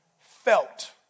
felt